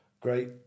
great